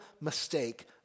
mistake